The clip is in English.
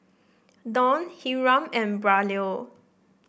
Dawn Hiram and Braulio